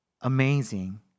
amazing